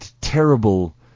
terrible